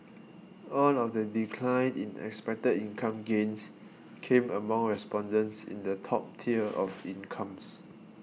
all of the decline in expected income gains came among respondents in the top tier of incomes